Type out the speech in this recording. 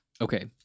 Okay